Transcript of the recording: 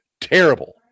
terrible